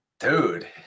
Dude